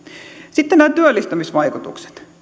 sitten nämä työllistämisvaikutukset